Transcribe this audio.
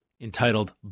entitled